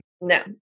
No